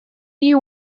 you